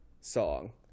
song